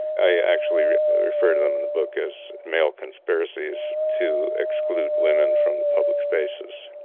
i actually refer to them in the book as male conspiracies to exclude women from the public spaces.